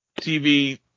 TV